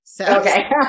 Okay